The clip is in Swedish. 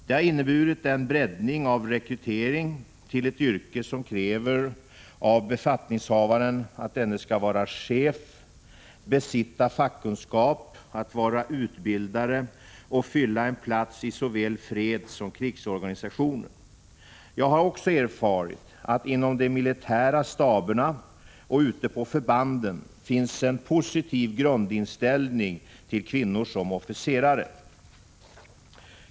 Det har inneburit en breddning av rekrytering till ett yrke som kräver av befattningshavaren att denne skall vara chef, besitta fackkunskap och vara utbildare och fylla en plats i såväl fredssom krigsorganisationen. Jag har också erfarit att det inom de militära staberna och ute på förbanden finns en positiv grundinställning till kvinnor som officerare.